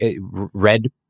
red